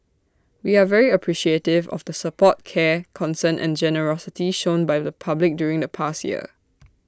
we are very appreciative of the support care concern and generosity shown by the public during the past year